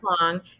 long